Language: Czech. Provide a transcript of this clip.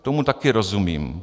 Tomu také rozumím.